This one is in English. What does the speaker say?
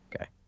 okay